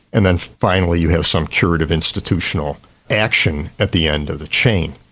and then finally you have some curative institutional action at the end of the chain.